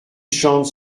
chante